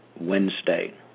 Wednesday